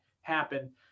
happen